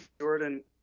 Jordan